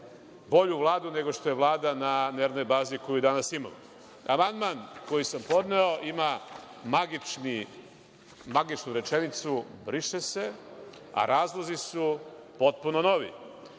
bolju vladu nego što je Vlada na nervnoj bazi koju danas imamo. Amandman koji sam podneo ima magičnu rečenicu – briše se, a razlozi su potpuno novi,